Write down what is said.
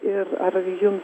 ir ar jum